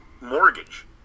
mortgage